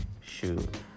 Shoot